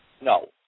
No